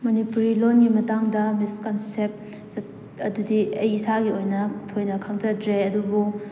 ꯃꯅꯤꯄꯨꯔꯤ ꯂꯣꯟꯒꯤ ꯃꯇꯥꯡꯗ ꯃꯤꯁꯀꯟꯁꯦꯞ ꯑꯗꯨꯗꯤ ꯑꯩ ꯏꯁꯥꯒꯤ ꯑꯣꯏꯅ ꯊꯣꯏꯅ ꯈꯪꯖꯗ꯭ꯔꯦ ꯑꯗꯨꯕꯨ